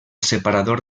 separador